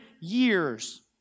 years